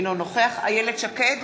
אינו נוכח איילת שקד,